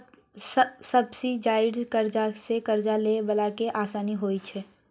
subsidised करजा सँ करजा लए बला केँ आसानी होइ छै